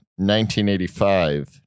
1985